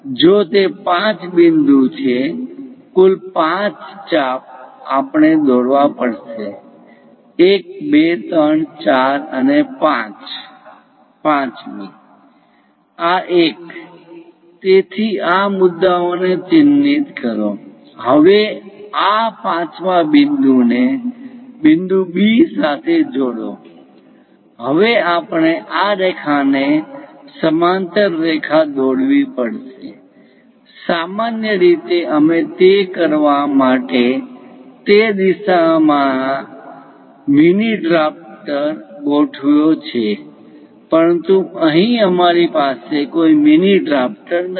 જો તે 5 બિંદુ છે કુલ 5 ચાપ આપણે દોરવી પડશે 1 2 3 4 અને 5 મી આ એક તેથી આ મુદ્દાઓને ચિહ્નિત કરો હવે આ પાંચમા બિંદુ ને બિંદુ B સાથે જોડો હવે આપણે આ રેખાને સમાંતર રેખા દોરવી પડશે સામાન્ય રીતે અમે તે કરવા માટે તે દિશામાં મીની ડ્રાફ્ટર ગોઠવ્યો છે પરંતુ અહીં અમારી પાસે કોઈ મીની ડ્રાફ્ટર નથી